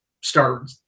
start